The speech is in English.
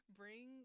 bring